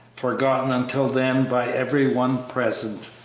forgotten until then by every one present.